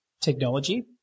technology